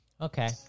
Okay